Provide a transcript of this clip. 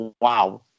wow